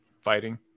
fighting